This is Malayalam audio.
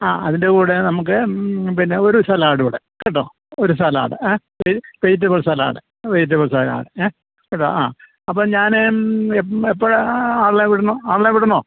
ആ അതിൻ്റെ കൂടെ നമുക്ക് പിന്നെ ഒരു സലാഡ് കൂടെ കേട്ടോ ഒരു സലാഡ് ഏ ഒരു വെജിറ്റബിൾ സലാഡ് വെജിറ്റബിൾ സലാഡ് ഏ കെട്ടോ ആ അപ്പോൾ ഞാൻ എം എപ്പോഴാണ് ആളെ വിടണോ ആളെ വിടണോ